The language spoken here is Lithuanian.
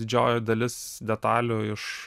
didžioji dalis detalių iš